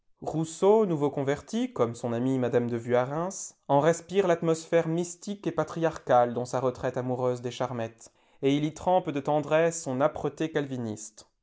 rousseau nouveau converti comme son amie m de vuarens en respire l'atmosphère mystique et patriarcale dans sa retraite amoureuse des charmettes et il y trempe de tendresse son âpreté calviniste